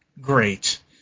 great